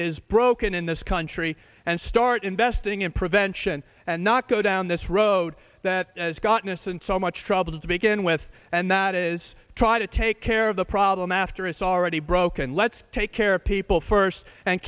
is broken in this country and start investing in prevention and not go down this road that got innocent so much trouble to begin with and that is try to take care of the problem after it's already broken let's take care of people first and